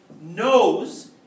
knows